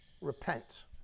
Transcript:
Repent